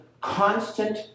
constant